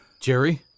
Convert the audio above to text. Jerry